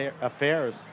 affairs